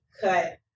cut